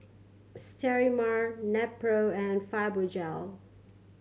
Sterimar Nepro and Fibogel